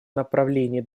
направлении